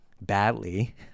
badly